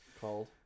called